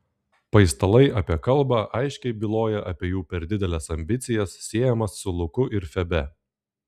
paistalai apie kalbą aiškiai byloja apie jų per dideles ambicijas siejamas su luku ir febe